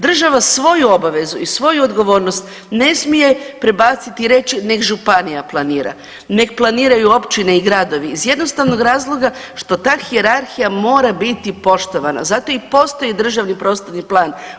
Država svoju obavezu i svoju odgovornost ne smije prebaciti i reći neka županija planira, neka planiraju općine i gradovi iz jednostavnog razloga što ta hijerarhija mora biti poštovana zato i postoji državni prostorni plan.